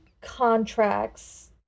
contracts